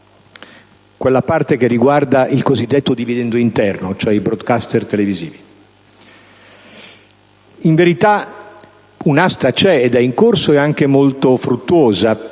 quella parte che riguarda il cosiddetto dividendo interno, cioè i *broadcaster* televisivi. In verità, un'asta c'è; è in corso ed è anche molto fruttuosa,